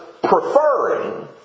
preferring